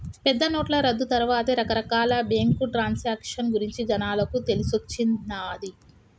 పెద్దనోట్ల రద్దు తర్వాతే రకరకాల బ్యేంకు ట్రాన్సాక్షన్ గురించి జనాలకు తెలిసొచ్చిన్నాది